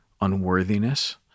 unworthiness